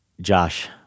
josh